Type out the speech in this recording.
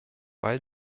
weil